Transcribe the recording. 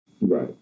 Right